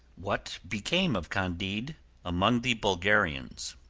what became of candide among the bulgarians.